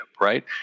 right